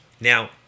Now